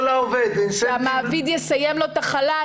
לא לעובד --- אם הוא יודע שהמעביד יסיים לו את החל"ת